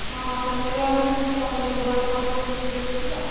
ହଁ ସଣ୍ଡେରେ ଆମେ ଖୋଲା କରୁନୁ ଘର କାମରେ ବ୍ୟସ୍ତ ରହୁଛୁ ତ